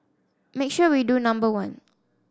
make sure we do number one